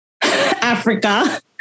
Africa